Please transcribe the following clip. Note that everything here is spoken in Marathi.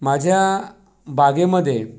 माझ्या बागेमध्ये